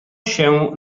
się